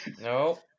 No